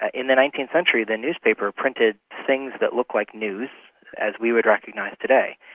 ah in the nineteenth century the newspaper printed things that looked like news as we would recognise today.